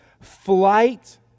Flight